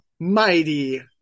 Mighty